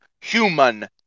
human